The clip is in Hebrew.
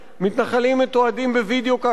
מתנחלים מתועדים בווידיאו כאשר הם